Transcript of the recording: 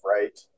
right